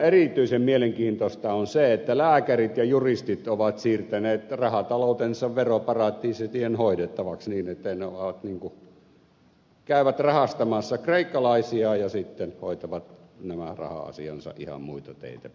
erityisen mielenkiintoista on se että lääkärit ja juristit ovat siirtäneet rahataloutensa veroparatiisien hoidettavaksi niin että ne käyvät rahastamassa kreikkalaisia ja sitten hoitavat nämä raha asiansa ihan muita teitä pitkin